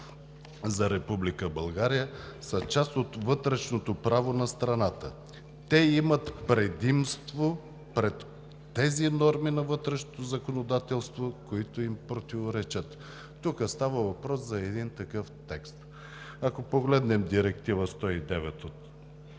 за Република България, са част от вътрешното право на страната. Те имат предимство пред тези норми на вътрешното законодателство, които им противоречат“. Тук става въпрос за един такъв текст. Ако погледнем Директива 109 на